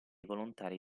volontari